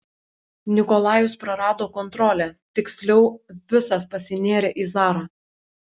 nikolajus prarado kontrolę tiksliau visas pasinėrė į zarą